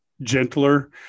gentler –